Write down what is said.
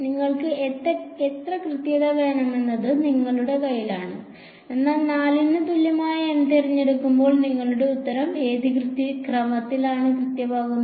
നിങ്ങൾക്ക് എത്ര കൃത്യത വേണമെന്നത് നിങ്ങളുടെ കൈയിലാണ് എന്നാൽ 4 ന് തുല്യമായ N തിരഞ്ഞെടുക്കുമ്പോൾ നിങ്ങളുടെ ഉത്തരം ഏത് ക്രമത്തിലാണ് കൃത്യമാകുന്നത്